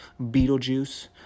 Beetlejuice